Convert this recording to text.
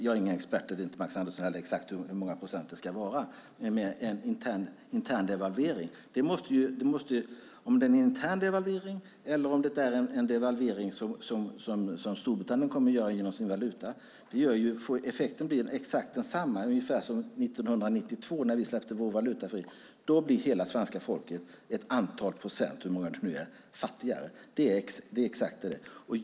Jag är ingen expert, och det är inte Max Andersson heller, och vet inte exakt hur många procent det ska vara i en intern devalvering. En intern devalvering eller en devalvering som Storbritannien kommer att göra genom sin valuta får exakt samma effekt. Det blir ungefär som 1992 när vi släppte vår valuta fri. Då blev hela svenska folket ett antal procent - hur många det nu var - fattigare.